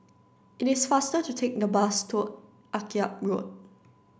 it is faster to take the bus to Akyab Road